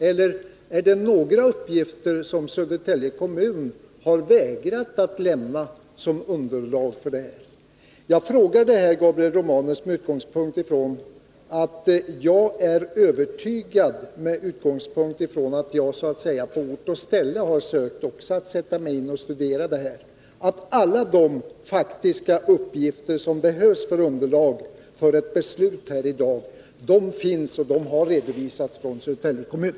Eller är det några uppgifter som Södertälje kommun har vägrat lämna som underlag för den? Jag frågar det här, Gabriel Romanus, med utgångspunkt i att jag, efter att så att säga på ort och ställe ha försökt sätta mig in i problemen, är övertygad om att de faktiska uppgifter som behövs som underlag för ett beslut här i dag finns och har redovisats av Södertälje kommun.